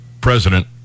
president